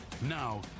Now